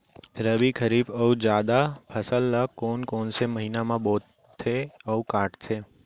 रबि, खरीफ अऊ जादा फसल ल कोन कोन से महीना म बोथे अऊ काटते?